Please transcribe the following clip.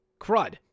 Crud